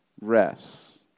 rest